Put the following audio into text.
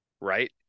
right